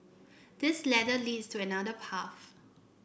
this ladder leads to another path